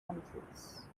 countries